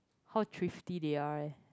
how thrifty they are eh